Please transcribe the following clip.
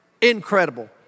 incredible